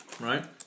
Right